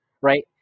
right